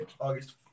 August